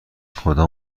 کدام